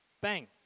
bang